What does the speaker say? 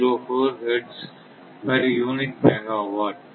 04 hertz per unit megawatt